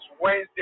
Wednesday